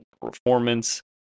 performance